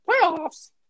playoffs